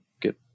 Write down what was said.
get